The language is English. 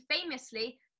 famously